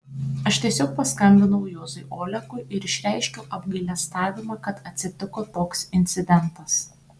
aš tiesiog paskambinau juozui olekui ir išreiškiau apgailestavimą kad atsitiko toks incidentas